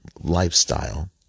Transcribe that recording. lifestyle